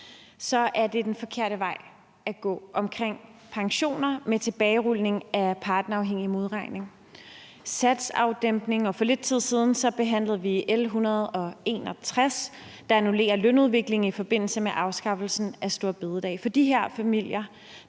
om, er det den forkerte vej at gå omkring pensioner med tilbagerulning af partnerafhængig modregning og SATS-afdæmpning. Og for lidt tid siden behandlede vi L 161, der annullerer lønudviklingen i forbindelse med afskaffelsen af store bededag. For de her familier